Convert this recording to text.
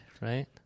right